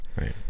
Right